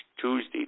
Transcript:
Tuesday